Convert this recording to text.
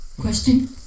question